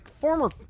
former